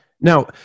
Now